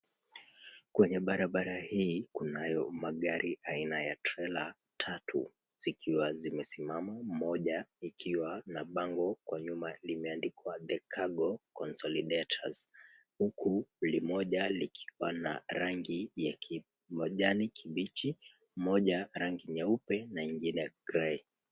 Kwenye barabara hii kunayo magari aina ya trela tatu, zikiwa zimesimama. Moja ikiwa na bango kwa nyuma limeandikwa, "The Cargo Consolidators," huku limoja likiwa na rangi ya kijani kibichi, moja rangi nyeupe, na ingine grey .